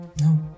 No